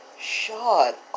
Shut